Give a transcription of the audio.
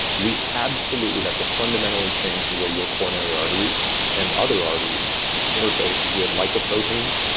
we absolutely have to fundamentally change the way your coronary arteries and other arteries interface with lipoproteins,